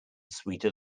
sweeter